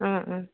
অ'